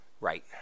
Right